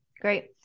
great